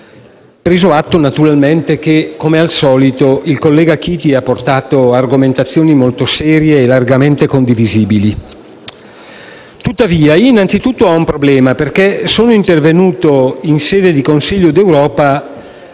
preso atto, naturalmente, che, come al solito, il collega Chiti ha portato argomentazioni molto serie e largamente condivisibili. Tuttavia, io ho subito un problema, perché sono intervenuto, in sede di Consiglio d'Europa,